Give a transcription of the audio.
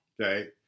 okay